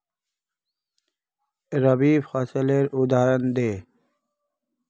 रवि फसलेर उदहारण दे?